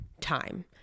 time